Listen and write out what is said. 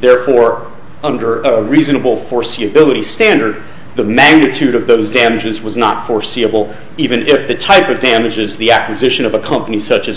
therefore under a reasonable foreseeability standard the magnitude of those damages was not foreseeable even if the type of damages the acquisition of a company such as